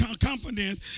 confidence